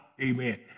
amen